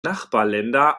nachbarländer